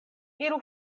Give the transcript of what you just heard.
iru